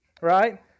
right